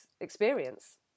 experience